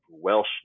Welsh